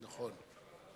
נכון.